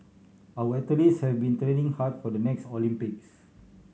our athletes have been training hard for the next Olympics